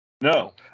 No